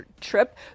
trip